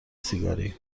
سیگاری